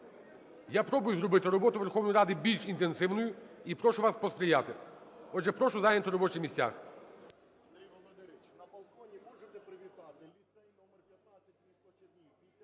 Я пробую зробити роботу Верховної Ради більш інтенсивною і прошу вас посприяти. Отже, прошу зайняти робочі місця.